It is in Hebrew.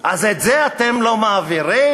את זה אתם לא מעבירים?